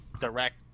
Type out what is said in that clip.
direct